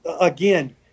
again